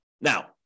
Now